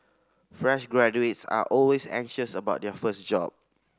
fresh graduates are always anxious about their first job